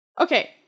Okay